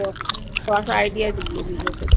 تو تھوڑا سا آئیڈیا دیجیے